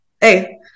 Hey